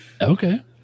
Okay